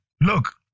look